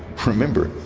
remember,